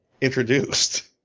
introduced